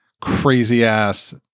crazy-ass